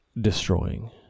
destroying